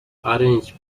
arranged